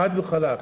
חד וחלק.